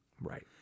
Right